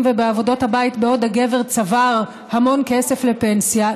ובעבודות הבית בעוד הגבר צבר המון כסף לפנסיה,